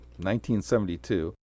1972